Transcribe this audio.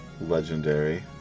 legendary